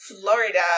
Florida